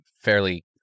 fairly